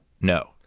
No